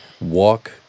walk